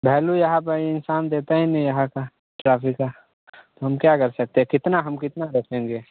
भैलू यहाँ पर इंसान देता ही नहीं यहाँ का ट्राफिक का हम क्या कर सकते हैँ कितना हम कितना देखेंगे